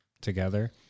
together